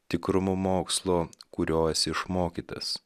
tikrumu mokslo kurio esi išmokytas